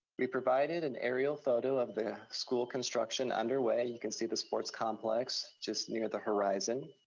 we provided an aerial photo of the school construction underway. you can see the sports complex just near the horizon.